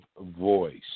voice